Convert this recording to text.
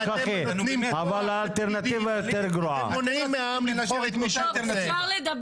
ואתם מונעים מהעם לבחור את מי שרוצה.